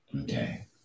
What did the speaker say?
Okay